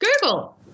Google